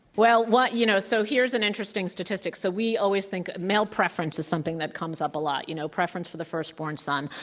well, what you know, so here's an interesting statistic. so we always think male preference is something that comes up a lot. you know, preference for the first born son.